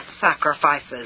sacrifices